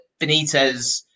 Benitez